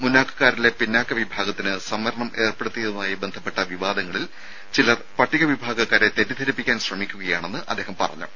മുന്നാക്കക്കാരിലെ പിന്നാക്ക വിഭാഗത്തിന് സംവരണം ഏർപ്പെടുത്തിയതുമായി ബന്ധപ്പെട്ട വിവാദങ്ങളിൽ ചിലർ പട്ടിക വിഭാഗക്കാരെ തെറ്റിദ്ധരിപ്പിക്കാൻ ശ്രമിക്കുകയാണെന്ന് അദ്ദേഹം പറഞ്ഞു